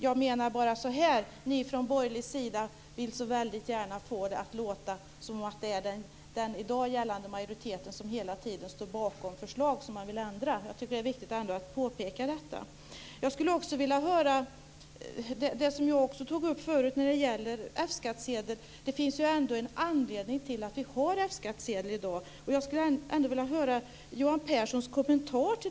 Jag menar bara att ni från borgerlig sida så väldigt gärna vill få det att låta som om det är den i dag gällande majoriteten som hela tiden står bakom förslag som man vill ändra. Jag tycker att det är viktigt att påpeka detta. Jag skulle också vilja höra Johan Pehrsons kommentar till det som jag tog upp förut när det gäller F skattsedel. Det finns ändå en anledning till att vi har F-skattsedel i dag.